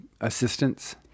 assistance